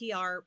PR